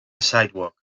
sidewalk